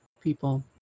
people